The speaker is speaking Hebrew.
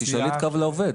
תשאלי את קו לעובד.